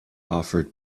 offered